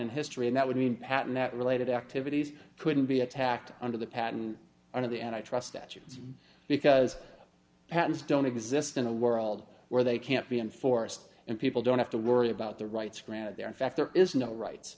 in history and that would mean patton that related activities couldn't be attacked under the patent under the and i trust that you because patents don't exist in a world where they can't be enforced and people don't have to worry about the rights granted they're in fact there is no rights